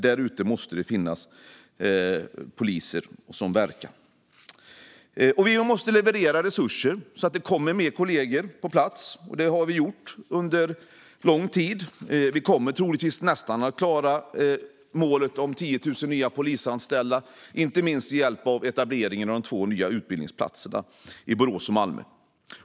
I dessa områden måste det finnas poliser som verkar. Vi måste leverera resurser, så att det kommer fler kollegor på plats. Och det har vi gjort under lång tid. Vi kommer troligtvis nästan att klara målet om 10 000 nya polisanställda, inte minst med hjälp av etableringen av de två nya utbildningsplatserna Borås och Malmö.